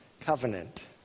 covenant